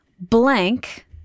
blank